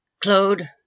Claude